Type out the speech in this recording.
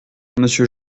monsieur